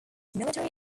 military